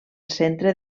centre